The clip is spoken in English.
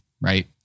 right